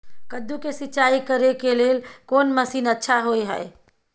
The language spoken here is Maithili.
कद्दू के सिंचाई करे के लेल कोन मसीन अच्छा होय है?